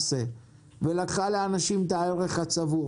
ולקחה לאנשים את הערך הצבור